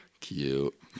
Cute